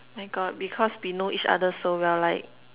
my God because we know each other so we're like